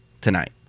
Tonight